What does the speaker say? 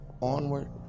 onward